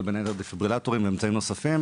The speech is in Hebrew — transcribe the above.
בין היתר דפיברילטורים ואמצעים נוספים.